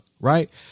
Right